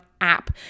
app